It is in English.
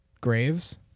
graves